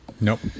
Nope